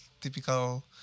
typical